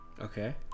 Okay